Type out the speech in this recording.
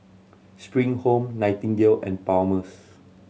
Spring Home Nightingale and Palmer's